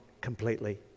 completely